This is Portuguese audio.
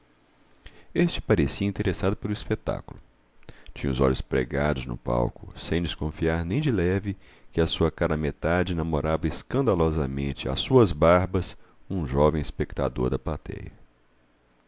este parecia interessado pelo espetáculo tinha os olhos pregados no palco sem desconfiar nem de leve que a sua cara metade namorava escandalosamente ás suas barbas um jovem espectador da platéia